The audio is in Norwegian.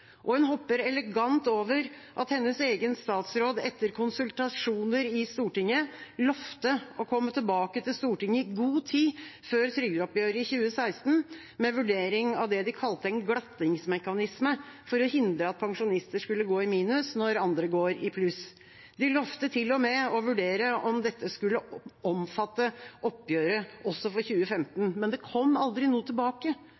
Hun hopper elegant over at hennes egen statsråd, etter konsultasjoner i Stortinget, lovte å komme tilbake til Stortinget i god tid før trygdeoppgjøret i 2016 med en vurdering av det de kalte en «glattingsmekanisme», for å hindre at pensjonister skulle gå i minus når andre går i pluss. De lovte til og med å vurdere om dette skulle omfatte oppgjøret også for 2015.